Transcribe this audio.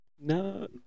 No